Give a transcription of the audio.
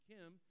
Kim